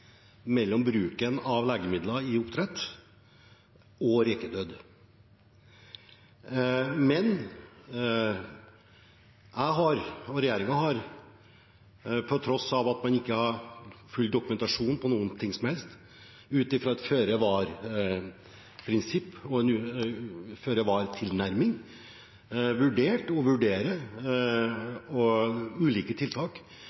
mellom bruken av legemidler i oppdrett og rekedød. Jeg har, og regjeringen har, på tross av at man ikke har full dokumentasjon på noen ting som helst, ut fra et føre-var-prinsipp og en føre-var-tilnærming vurdert, og vurderer, ulike tiltak for å redusere mulig negativ miljøpåvirkning, og